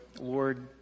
Lord